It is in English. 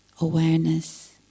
awareness